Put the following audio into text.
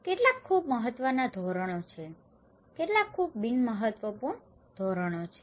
અને કેટલાક ખૂબ મહત્વના ધોરણો છે કેટલાક ખૂબ બિનમહત્વપૂર્ણ ધોરણો છે